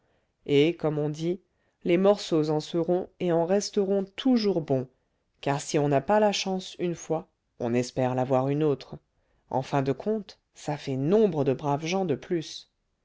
et comme on dit les morceaux en seront et en resteront toujours bons car si on n'a pas la chance une fois on espère l'avoir une autre en fin de compte ça fait nombre de braves gens de plus